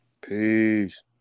peace